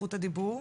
זכות הדיבור,